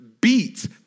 beats